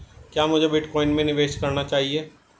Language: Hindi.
क्या मुझे बिटकॉइन में निवेश करना चाहिए?